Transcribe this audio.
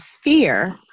Fear